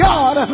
God